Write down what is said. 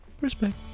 Respect